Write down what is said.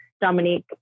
Dominique